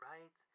Right